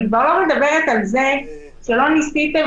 אני כבר לא מדברת על זה שלא ניסיתם